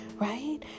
right